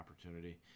opportunity